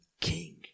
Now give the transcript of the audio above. king